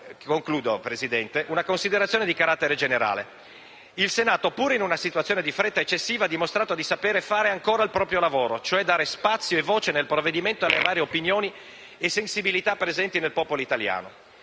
concludo con una considerazione di carattere generale. Il Senato, pur in una situazione di fretta eccessiva, ha dimostrato di saper fare ancora il proprio lavoro, cioè dare spazio e voce nel provvedimento alle varie opinioni e sensibilità presenti nel popolo italiano.